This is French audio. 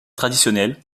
traditionnels